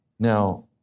Now